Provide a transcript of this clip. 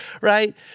right